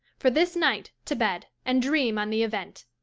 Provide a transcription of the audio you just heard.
for this night, to bed, and dream on the event.